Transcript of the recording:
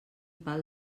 pal